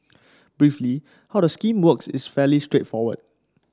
briefly how the scheme works is fairly straightforward